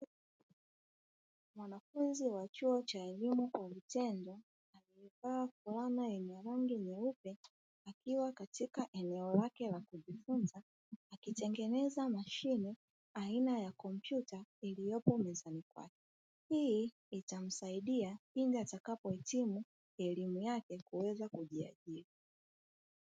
Mwanafunzi wa chuo cha elimu kwa vitendo aliyevaa fulana yenye rangi nyeupe, akiwa katika eneo lake la kujifunza akitengeneza Mashine aina ya kompyuta iliyopomezani kwake; hii itamsaidia pindi atakapo hitimu elimu yake kuweza kujiajiri.